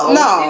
no